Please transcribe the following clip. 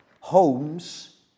homes